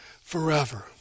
forever